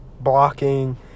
blocking